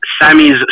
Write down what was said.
Sammy's